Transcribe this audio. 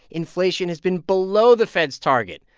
inflation has been below the fed's target.